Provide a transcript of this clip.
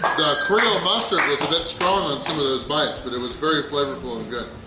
creole mustard was a bit strong on some of those bites but it was very flavorful and good!